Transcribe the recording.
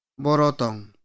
borotong